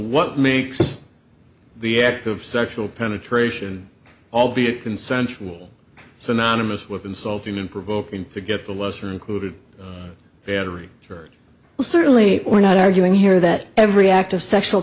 what makes the act of sexual penetration albeit consensual synonymous with insulting and provoking to get the lesser included very well certainly we're not arguing here that every act of sexual